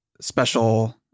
special